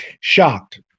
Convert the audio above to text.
Shocked